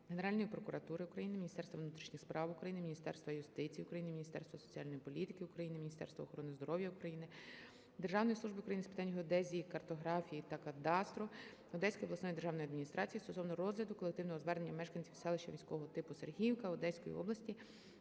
Генеральної прокуратури України, Міністерства внутрішніх справ України, Міністерства юстиції України, Міністерства соціальної політики України, Міністерства охорони здоров'я України, Державної служби України з питань геодезії, картографії та кадастру, Одеської обласної державної адміністрації стосовно розгляду колективного звернення мешканців селища міського типу Сергіїївка Одеської області